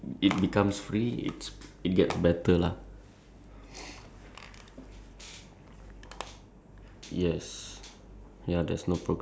not say like totally free for now it's like if if it's cheaper it's good lah but if it it becomes free it's it gets better lah